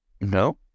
no